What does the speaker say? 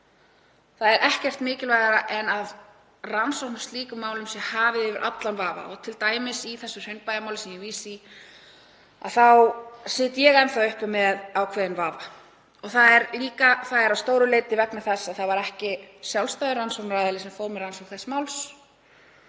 Það er ekkert mikilvægara en að rannsókn á slíkum málum sé hafin yfir allan vafa og t.d. í Hraunbæjarmálinu, sem ég vísa í, þá sit ég enn uppi með ákveðinn vafa. Það er að stóru leyti vegna þess að það var ekki sjálfstæður rannsóknaraðili sem fór með rannsókn þess máls